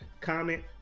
comment